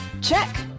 Check